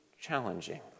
challenging